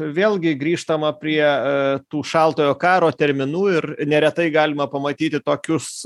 vėlgi grįžtama prie tų šaltojo karo terminų ir neretai galima pamatyti tokius